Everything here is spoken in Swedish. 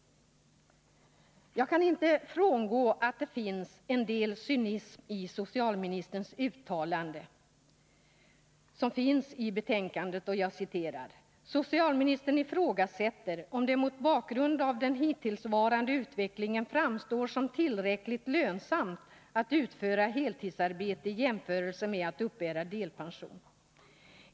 Jag kan inte frångå min uppfattning att det finns en del cynism i socialministerns uttalande på denna punkt, som återges i betänkandet: ”Socialministern ifrågasätter om det mot bakgrund av den hittillsvarande utvecklingen framstår som tillräckligt lönsamt att utföra heltidsarbete i jämförelse med att uppbära delpension.